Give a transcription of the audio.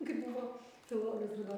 nu kai buvo filologijos ruduo